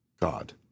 God